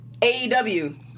AEW